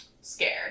scared